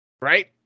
Right